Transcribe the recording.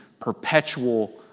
perpetual